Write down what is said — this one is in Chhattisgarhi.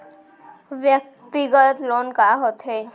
व्यक्तिगत लोन का होथे?